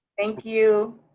thank you,